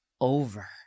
over